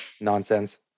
nonsense